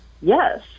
yes